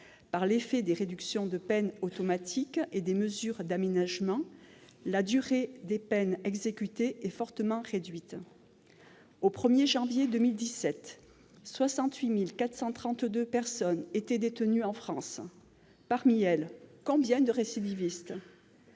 Par l'effet des réductions de peines automatiques et des mesures d'aménagement, la durée des peines exécutées est fortement réduite. Au 1 janvier 2017, 68 432 personnes étaient détenues en France. Parmi elles, combien de récidivistes ?